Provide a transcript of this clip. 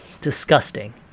disgusting